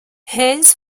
hayes